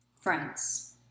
friends